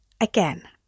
again